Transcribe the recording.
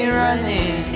running